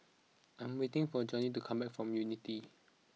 I am waiting for Johney to come back from Unity